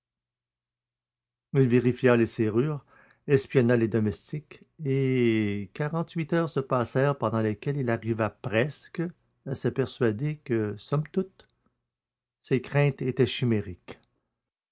vérifia les serrures espionna les domestiques et quarante-huit heures encore se passèrent pendant lesquelles il arriva presque à se persuader que somme toute ses craintes étaient chimériques